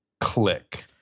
click